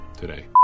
today